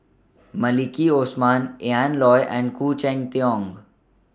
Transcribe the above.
Maliki Osman Ian Loy and Khoo Cheng Tiong